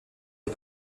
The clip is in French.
les